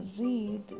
read